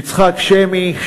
יצחק שמי,